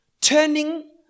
turning